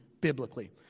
biblically